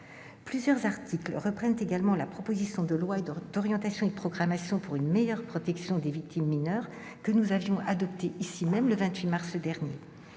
Plusieurs articles reprennent également la proposition de loi d'orientation et de programmation pour une meilleure protection des mineurs victimes d'infractions sexuelles que nous avions adoptée le 28 mars dernier